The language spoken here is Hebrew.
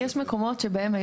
יש מקומות שבהם,